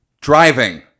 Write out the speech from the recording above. Driving